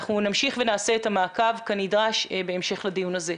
אנחנו נמשיך ונעשה את המעקב כנדרש בהמשך לדיון הזה.